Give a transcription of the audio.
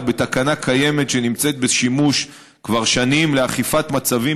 בתקנה קיימת שנמצאת בשימוש כבר שנים לאכיפה במצבים